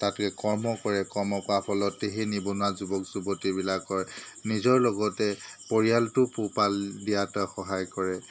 তাত গৈ কৰ্ম কৰে কৰ্ম কৰা ফলতে সেই নিবনুৱা যুৱক যুৱতীবিলাকৰ নিজৰ লগতে পৰিয়ালটো পোহপাল দিয়াতে সহায় কৰে